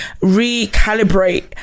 recalibrate